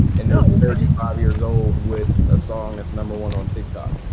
and i mean they're thirty five years old with a song that's number one on tiktok.